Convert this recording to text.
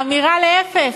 האמירה, להפך,